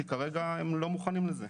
כי כרגע הם לא מוכנים לזה.